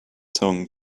tongue